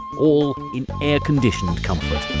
all in air-conditioned comfort.